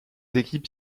équipes